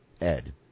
Ed